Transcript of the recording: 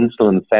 insulin